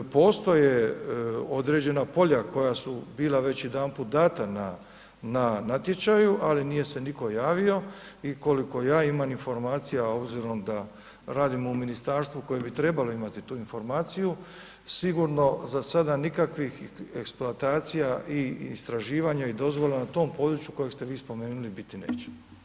Postoje određena polja koja su bila već jedanput dana na natječaju, ali nije se nitko javio i koliko ja imam informacija a obzirom da radim u Ministarstvu koje bi trebalo imati tu informaciju sigurno za sada nikakvih eksploatacija i istraživanja i dozvola na tom području kojeg ste vi spomenuli biti neće.